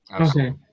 Okay